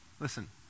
Listen